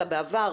אלא בעבר,